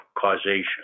causation